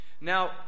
Now